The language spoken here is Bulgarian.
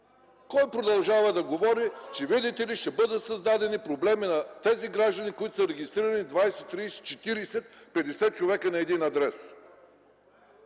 Кой продължава да говори, че, видите ли, ще бъдат създадени проблеми на тези граждани, които са регистрирали 20-30-40-50 човека на един адрес?